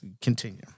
Continue